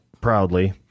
proudly